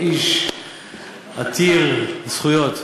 איש עתיר זכויות.